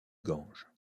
gange